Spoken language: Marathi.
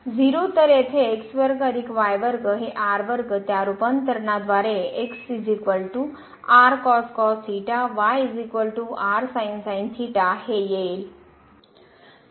0 तर येथे हे त्या रूपांतरणाद्वारे हे येईल